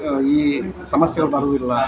ಈ ಸಮಸ್ಯೆಗಳು ಬರುವುದಿಲ್ಲ